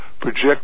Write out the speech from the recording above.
project